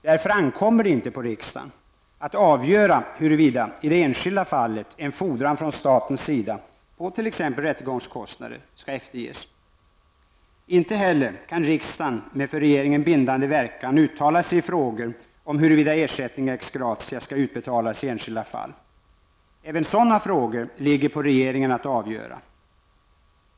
Därför ankommer det inte på riksdagen att avgöra huruvida i det enskilda fallet en fordran från statens sida på t.ex. rättegångskostnader skall efterges. Inte heller kan riksdagen med för regeringen bindande verkan uttala sig i frågor om huruvida ersättning ex gratia skall utbetalas i enskilda fall. Även sådana frågor ligger på regeringen att avgöra.